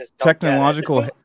technological